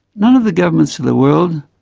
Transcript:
none of the governments of the world,